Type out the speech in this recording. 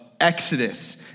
Exodus